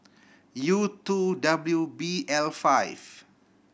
U two W B L five